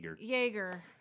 Jaeger